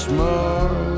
more